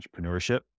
entrepreneurship